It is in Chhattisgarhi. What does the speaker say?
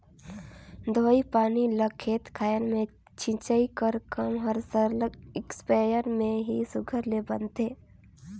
दवई पानी ल खेत खाएर में छींचई कर काम हर सरलग इस्पेयर में ही सुग्घर ले बनथे